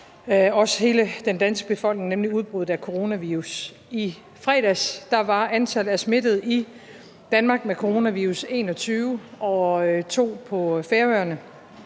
også hele den danske befolkning, nemlig udbruddet af coronavirus. I fredags var antallet af smittede med coronavirus i Danmark 21 og 2 på Færøerne.